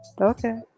okay